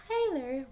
Tyler